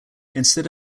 instead